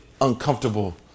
uncomfortable